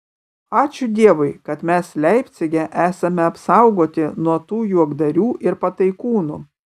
ačiū dievui kad mes leipcige esame apsaugoti nuo tų juokdarių ir pataikūnų